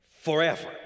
forever